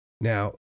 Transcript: now